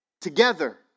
together